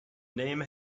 name